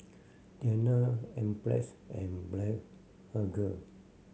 Tena Enzyplex and Blephagel